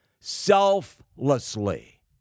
selflessly